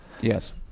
Yes